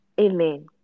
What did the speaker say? Amen